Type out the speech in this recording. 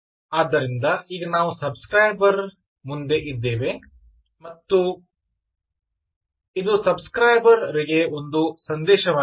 ಆದ್ದರಿಂದ ಈಗ ನಾವು ಸಬ್ ಸ್ಕ್ರೈಬರ್ ಮುಂದೆ ಇದ್ದೇವೆ ಮತ್ತು ಇದು ಸಬ್ ಸ್ಕ್ರೈಬರ್ ರಿಗೆ ಒಂದು ಸಂದೇಶವಾಗಿದೆ